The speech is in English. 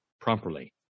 properly